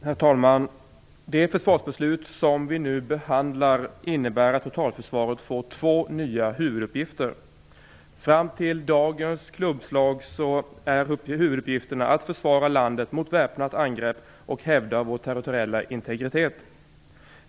Herr talman! Det förslag till försvarsbeslut som vi nu behandlar innebär att totalförsvaret får två nya huvuduppgifter. Fram till dagens klubbslag är huvuduppgifterna att försvara landet mot väpnat angrepp och hävda vår territoriella integritet.